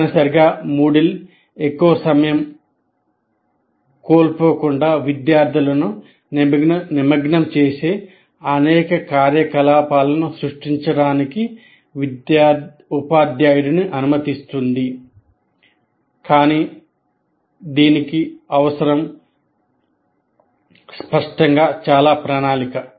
తప్పనిసరిగా MOODLE ఎక్కువ సమయం కోల్పోకుండా విద్యార్థులను నిమగ్నం చేసే అనేక కార్యకలాపాలను సృష్టించడానికి ఉపాధ్యాయుడిని అనుమతిస్తుంది కానీ దీనికి అవసరం స్పష్టంగా చాలా ప్రణాళిక